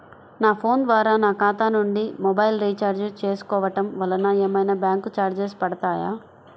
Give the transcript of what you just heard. నా ఫోన్ ద్వారా నా ఖాతా నుండి మొబైల్ రీఛార్జ్ చేసుకోవటం వలన ఏమైనా బ్యాంకు చార్జెస్ పడతాయా?